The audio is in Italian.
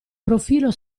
profilo